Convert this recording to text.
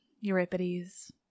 Euripides